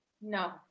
No